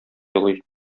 елый